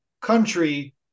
country